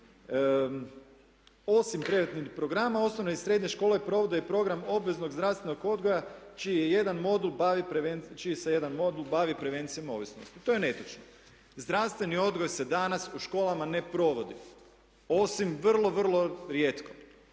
Osim preventivnih programa osnovne i srednje škole provode i program obveznog zdravstvenog odgoja čiji se jedan modul bavi prevencijom ovisnosti." To je netočno. Zdravstveni odgoj se danas u školama ne provodi, osim vrlo, vrlo rijetko.